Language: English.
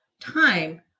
time